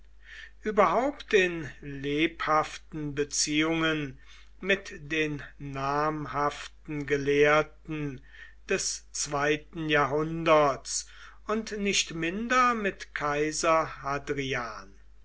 überhaupt in lebhaften beziehungen mit den namhaften gelehrten des zweiten jahrhunderts und nicht minder mit kaiser